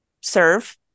serve